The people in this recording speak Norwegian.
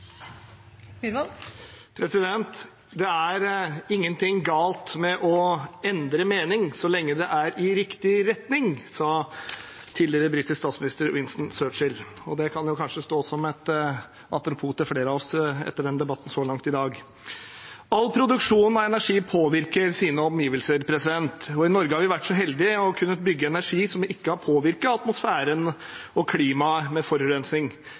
i riktig retning, sa den tidligere britiske statsministeren Winston Churchill. Det kan kanskje stå som et apropos til flere av oss etter debatten så langt i dag. All produksjon av energi påvirker sine omgivelser, og i Norge har vi vært så heldig å kunne bygge ut energi som ikke har påvirket atmosfæren og klimaet med